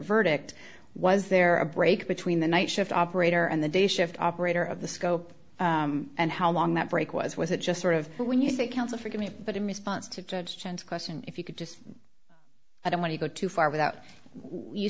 verdict was there a break between the night shift operator and the day shift operator of the scope and how long that break was was it just sort of when you say counsel forgive me but in response to a question if you could just i don't want to go too far without